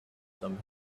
some